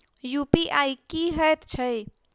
UPI की हएत छई?